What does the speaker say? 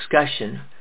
discussion